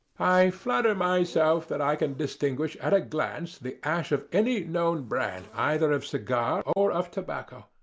i flatter myself that i can distinguish at a glance the ash of any known brand, either of cigar or of tobacco.